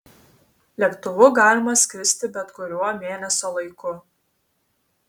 lėktuvu galima skristi bet kuriuo mėnesio laiku